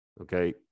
okay